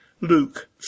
Luke